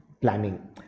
planning